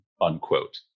unquote